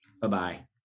Bye-bye